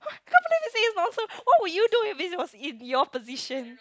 I can't believe this nonsense what would you do if it was in your position